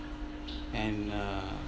and uh